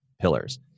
pillars